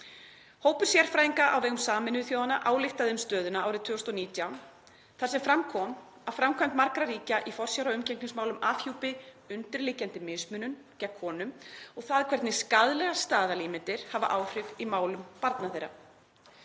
Hópur sérfræðinga á vegum Sameinuðu þjóðanna ályktaði um stöðuna árið 2019 þar sem fram kom að framkvæmd margra ríkja í forsjár- og umgengnismálum afhjúpi undirliggjandi mismunun gegn konum og það hvernig skaðlegar staðalímyndir hafa áhrif í málum barna þeirra.